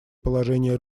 положение